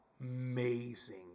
amazing